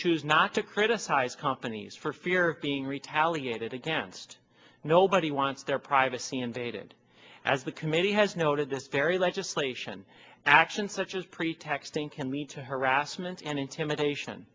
choose not to criticize companies for fear of being retaliated against nobody wants their privacy invaded as the committee has noted this very legislation action such as pretexting can lead to harassment and intimidation